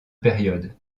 période